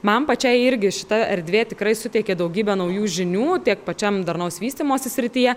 man pačiai irgi šita erdvė tikrai suteikė daugybę naujų žinių tiek pačiam darnaus vystymosi srityje